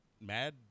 mad